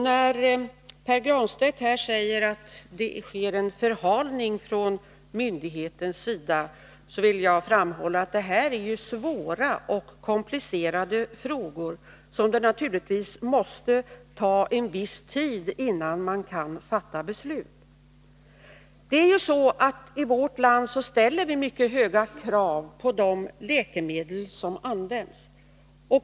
När Pär Granstedt säger att det sker en förhalning från myndighetens sida vill jag framhålla att det här gäller svåra och komplicerade frågor och att det därför naturligtvis måste ta viss tid innan man kan fatta beslut. Det är ju så att vi i vårt land ställer mycket höga krav på de läkemedel som används.